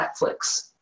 Netflix